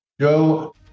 Joe